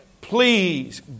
Please